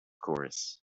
course